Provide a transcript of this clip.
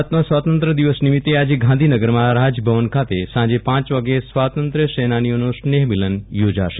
ભારતના સ્વાતંત્ર્ય દિવસ નિમિત્તે આજે ગાંધીનગરમાં રાજભવન ખાતે સાંજે પ વાગ્યે સ્વાતંત્ર્ય સેનાનીઓનું સ્નેહ સંમેલન યોજાશે